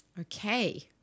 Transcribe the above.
Okay